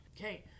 Okay